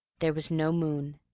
there was no moon.